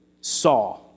saw